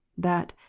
that,